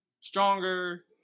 stronger